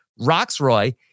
Roxroy